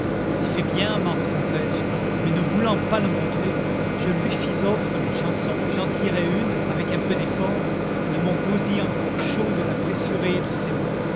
si fait bien m'en ressentais je mais ne voulant pas le montrer je lui fis offre d'une chanson et j'en tirai une avec un peu d'effort de mon gosier encore chaud de la pressurée de ses mains